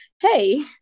hey